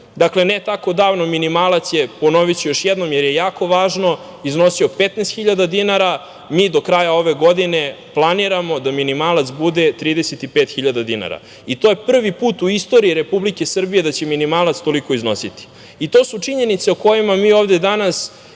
Dakle, ne tako davno minimalac je, ponoviću još jednom, jer je jako važno, iznosio 15.000 dinara. Mi do kraja ove godine planiramo da minimalac bude 35.000 dinara. To je prvi put u istoriji Republike Srbije da će minimalac toliko iznositi. To su činjenice o kojima mi ovde danas